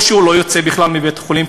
ואו שהוא לא יוצא בכלל מבית-החולים,